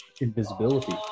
invisibility